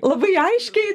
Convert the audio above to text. labai aiškiai